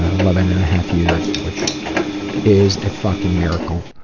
ah eleven and a half years which is a fucking miracle.